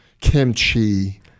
kimchi